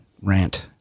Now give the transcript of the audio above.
rant